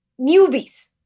newbies